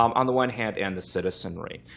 um on the one hand, and the citizenry.